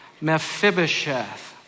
Mephibosheth